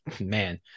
man